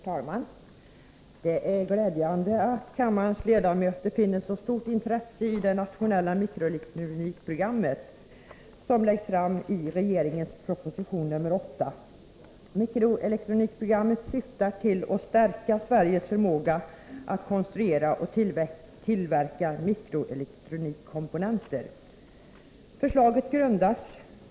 Herr talman! Det är glädjande att se att kammarens ledamöter finner så stort intresse i det nationella mikroelektronikprogram som föreslås i regeringens proposition nr 8. Mikroelektronikprogrammet syftar till att stärka Sveriges förmåga att konstruera och tillverka mikroelektronikkomponenter.